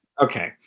Okay